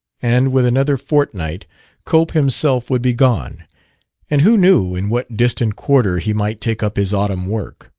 and with another fortnight cope himself would be gone and who knew in what distant quarter he might take up his autumn work?